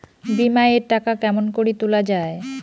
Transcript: বিমা এর টাকা কেমন করি তুলা য়ায়?